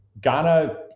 Ghana